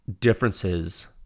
differences